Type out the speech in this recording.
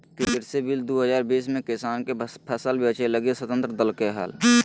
कृषि बिल दू हजार बीस में किसान के फसल बेचय लगी स्वतंत्र कर देल्कैय हल